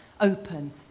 open